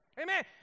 Amen